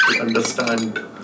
understand